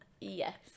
Yes